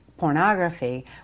pornography